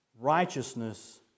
righteousness